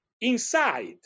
inside